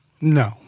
No